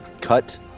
cut